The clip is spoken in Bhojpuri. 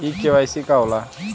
इ के.वाइ.सी का हो ला?